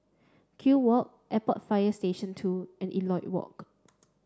Kew Walk Airport Fire Station two and Elliot Walk